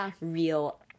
real